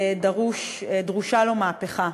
דרושה לו מהפכה,